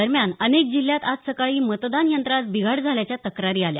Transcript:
दरम्यान अनेक जिल्ह्यात आज सकाळी मतदान यंत्रात बिघाड झाल्याच्या तक्रारी आल्या